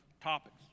topics